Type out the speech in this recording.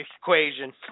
equation